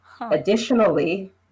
Additionally